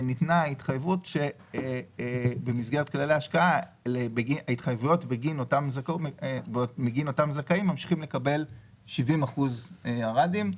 וניתנה התחייבות שבמסגרת כללי השקעה אותם זכאים ממשיכים לקבל 70% ערדים.